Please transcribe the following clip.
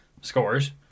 scores